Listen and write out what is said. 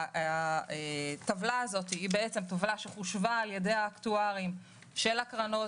הטבלה הזאת חושבה על ידי האקטוארים של הקרנות,